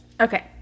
Okay